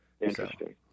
Interesting